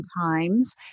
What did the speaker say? times